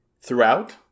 throughout